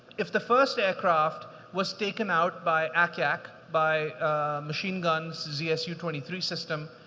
if the first aircraft was taken out by ack-ack, by machine guns, zsu twenty three system,